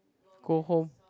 go home